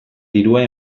dirua